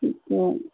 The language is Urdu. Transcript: ٹھیک ہے